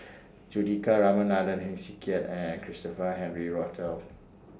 Juthika Ramanathan Heng Swee Keat and Christopher Henry Rothwell